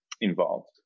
involved